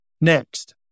Next